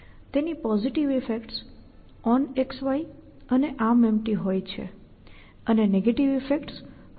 તેની positive effects OnXY અને ArmEmpty હોય છે અને નેગેટિવ ઈફેક્ટ્સ Holding અને Clear છે